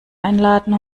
einladen